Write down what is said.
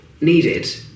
needed